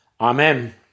Amen